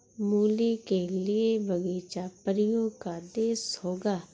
मूली के लिए बगीचा परियों का देश होगा